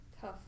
Tough